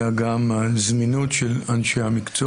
אלא גם הזמינות של אנשי המקצוע.